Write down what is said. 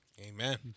Amen